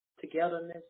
togetherness